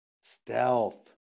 Stealth